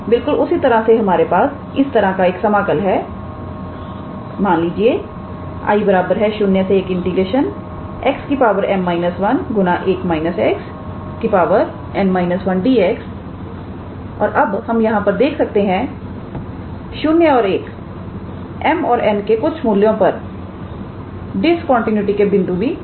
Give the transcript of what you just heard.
बिल्कुल उसी तरह से हमारे पास इस तरह का एक समाकल है और मान लीजिए 𝐼 01𝑥 𝑚−1 1 − 𝑥 𝑛−1𝑑𝑥 और अब हम यहां पर देख सकते हैं 0 और 1 m और n के कुछ मूल्यों पर डिस्कंटीन्यूटीज के बिंदु भी हो सकते हैं